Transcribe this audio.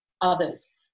others